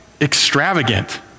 extravagant